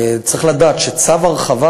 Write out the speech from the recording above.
צריך לדעת שצו הרחבה,